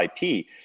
IP